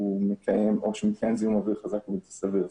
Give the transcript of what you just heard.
שמתקיים זיהום אוויר חזק או בלתי סביר.